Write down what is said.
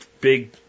big